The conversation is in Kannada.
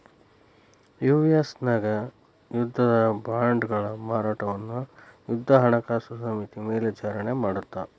ಯು.ಎಸ್ ನ್ಯಾಗ ಯುದ್ಧದ ಬಾಂಡ್ಗಳ ಮಾರಾಟವನ್ನ ಯುದ್ಧ ಹಣಕಾಸು ಸಮಿತಿ ಮೇಲ್ವಿಚಾರಣಿ ಮಾಡತ್ತ